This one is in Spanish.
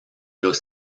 los